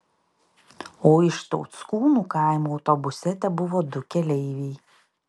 o iš tauckūnų kaimo autobuse tebuvo du keleiviai